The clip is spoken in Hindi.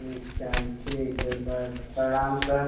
अच्छा ठीक है सर प्रणाम सर